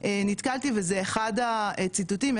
נתקלתי וזה אחד הציטוטים,